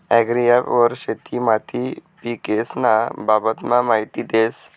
agri app वर शेती माती पीकेस्न्या बाबतमा माहिती देस